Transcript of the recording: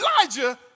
Elijah